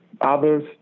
Others